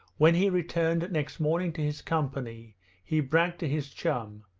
when he returned next morning to his company he bragged to his chum,